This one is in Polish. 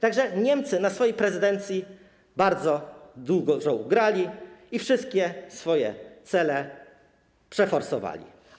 Tak że Niemcy na swojej prezydencji bardzo dużo ugrali i wszystkie swoje cele przeforsowali.